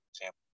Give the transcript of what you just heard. example